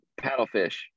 paddlefish